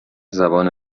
زبان